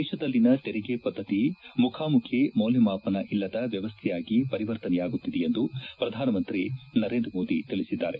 ದೇಶದಲ್ಲಿನ ತೆರಿಗೆ ಪದ್ಲತಿ ಮುಖಾಮುಖಿ ಮೌಲ್ಲಮಾಪನ ಇಲ್ಲದ ವ್ಲವಸ್ಸೆಯಾಗಿ ಪರಿವರ್ತನೆಯಾಗುತ್ತಿದೆ ಎಂದು ಪ್ರಧಾನಮಂತ್ರಿ ನರೇಂದ್ರಮೋದಿ ತಿಳಿಸಿದ್ದಾರೆ